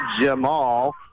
Jamal